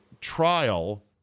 trial